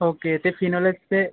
okay ते फिनोलेक्सचे